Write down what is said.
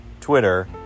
Twitter